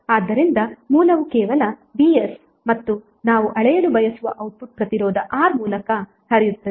ಆದ್ದರಿಂದ ಮೂಲವು ಕೇವಲ ವಿs ಮತ್ತು ನಾವು ಅಳೆಯಲು ಬಯಸುವ ಔಟ್ಪುಟ್ ಪ್ರತಿರೋಧ R ಮೂಲಕ ಹರಿಯುತ್ತದೆ